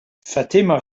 fatima